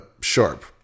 sharp